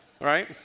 Right